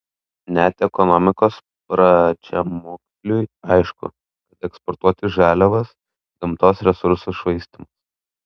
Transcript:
net ekonomikos pradžiamoksliui aišku kad eksportuoti žaliavas gamtos resursų švaistymas